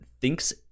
thinks